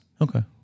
Okay